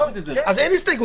אם כך,